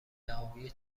دعاوی